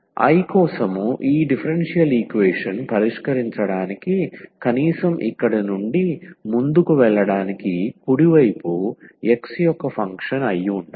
I కోసం ఈ differential equation పరిష్కరించడానికి కనీసం ఇక్కడి నుండి ముందుకు వెళ్ళడానికి కుడి వైపు x యొక్క ఫంక్షన్ అయి ఉండాలి